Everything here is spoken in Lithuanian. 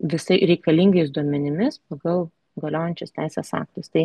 visai reikalingais duomenimis pagal galiojančius teisės aktus tai